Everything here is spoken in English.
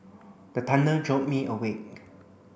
the thunder jolt me awake